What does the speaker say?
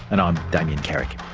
and i'm damien carrick